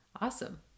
Awesome